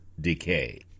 decay